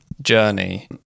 journey